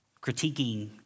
critiquing